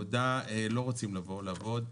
לא רוצים לבוא לעבוד,